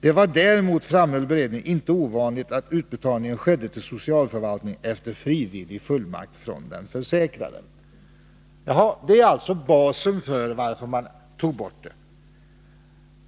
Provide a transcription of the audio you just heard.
Det var däremot, framhöll beredningen, inte ovanligt att utbetalning skedde till socialförvaltning efter frivillig fullmakt från den försäkrade.” Det är alltså anledningen till att man tog bort bestämmelserna.